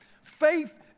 Faith